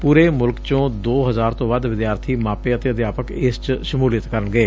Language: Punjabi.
ਪੁਰੇ ਮੁਲਕ ਚੋ ਦੋ ਹਜ਼ਾਰ ਤੋ ਵੱਧ ਵਿਦਿਆਰਬੀ ਮਾਪੇ ਅਤੇ ਅਧਿਆਪਕ ਇਸ ਚ ਸ਼ਮੂਲੀਅਤ ਕਰਨਗੇ